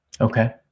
Okay